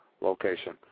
location